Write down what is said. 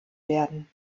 werden